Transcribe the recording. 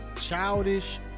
childish